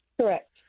Correct